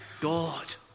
God